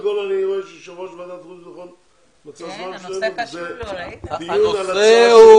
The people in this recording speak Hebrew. אני רואה שיו"ר ועדת חוץ ובטחון מצא זמן --- הנושא הוא